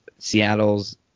Seattle's